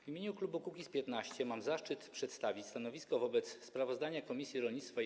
W imieniu klubu Kukiz’15 mam zaszczyt przedstawić stanowisko wobec sprawozdania Komisji Rolnictwa i